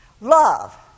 Love